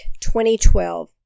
2012